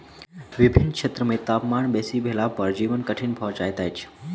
विभिन्न क्षेत्र मे तापमान बेसी भेला पर जीवन कठिन भ जाइत अछि